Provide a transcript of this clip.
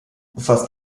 fast